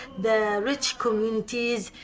the rich communities,